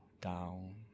down